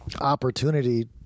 opportunity